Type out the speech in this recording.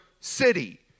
city